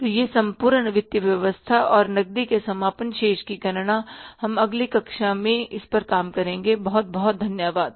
तो वह संपूर्ण वित्तीय व्यवस्था और नक़दी के समापन शेष की गणना हम अगली कक्षा में काम करेंगे बहुत बहुत धन्यवाद